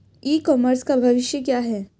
ई commerce का भविष्य क्या है?